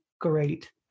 great